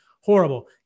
horrible